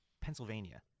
Pennsylvania